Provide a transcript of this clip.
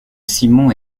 simon